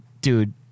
dude-